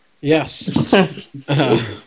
Yes